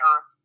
earth